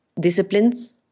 disciplines